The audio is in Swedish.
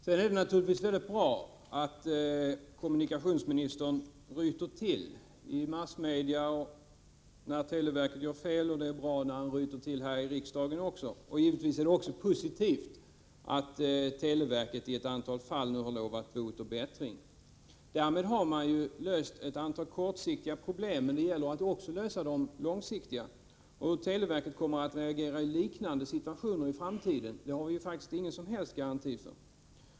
Det är naturligtvis bra att kommunikationsministern ryter till i massmedia när televerket gör fel, och det är bra att han ryter till även här i riksdagen. Givetvis är det också positivt att televerket i ett antal fall nu har lovat bot och bättring. Därmed har ett antal kortsiktiga problem lösts. Men det gäller att också lösa de långsiktiga problemen. Att televerket kommer att reagera på samma sätt inför liknande situationer i framtiden har vi ingen som helst garanti för.